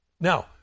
Now